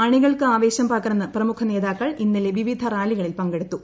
അണികൾക്ക് ആവേശം പകർന്ന് പ്രമുഖ നേതാക്കൾ ഇന്നലെ വിവിധ റാലികളിൽ പങ്കെടുത്തു